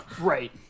Right